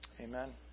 Amen